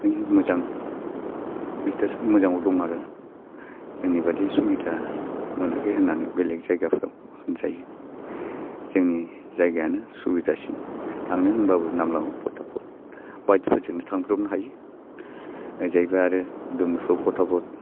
मोजां अयथासार मोजाङाव दं आरो जोंनिबादि सुबिदा मोनाखै होननानै बेलेग जायगाफोराव होनजायो जोंनि जायगायानो सुबिदासिन थांनो होनब्लाबो नामलांआव फथाफद बाइकफोरजोंबो थांब्रबनो हायो ओजायबो आरो दुमफ्राव फथाफद